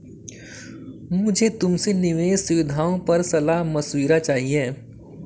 मुझे तुमसे निवेश सुविधाओं पर सलाह मशविरा चाहिए